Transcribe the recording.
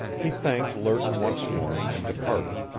he thanked lerton once more and departed.